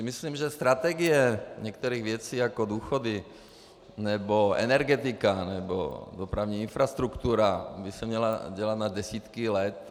Myslím si, že strategie některých věcí, jako jsou důchody nebo energetika nebo dopravní infrastruktura, by se měla dělat na desítky let.